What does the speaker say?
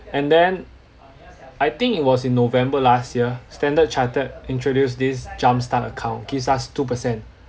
and then I think it was in november last year standard chartered introduced this jumpstart account gives us two percent